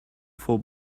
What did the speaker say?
for